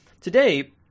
today